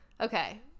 Okay